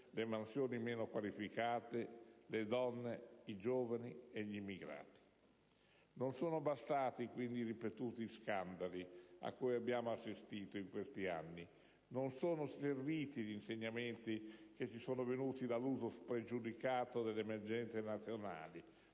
le mansioni meno qualificate, le donne, i giovani e gli immigrati. Non sono bastati, quindi, i ripetuti scandali cui abbiamo assistito in questi anni; non sono serviti gli insegnamenti che ci sono venuti dall'uso spregiudicato delle emergenze nazionali,